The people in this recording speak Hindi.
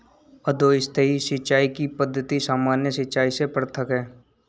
अधोसतही सिंचाई की पद्धति सामान्य सिंचाई से पृथक है